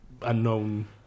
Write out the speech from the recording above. unknown